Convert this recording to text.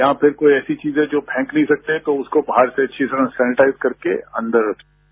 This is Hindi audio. जहां पर ऐसी चीजें जो फेंक नहीं सकते तो उसको बाहर से अच्छी तरह सेंनेटाइज करके अंदर रखें